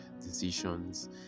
decisions